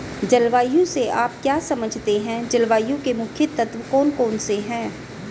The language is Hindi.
जलवायु से आप क्या समझते हैं जलवायु के मुख्य तत्व कौन कौन से हैं?